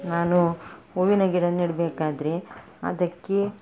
ನಾನು ಹೂವಿನ ಗಿಡ ನೆಡಬೇಕಾದ್ರೆ ಅದಕ್ಕೆ